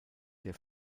der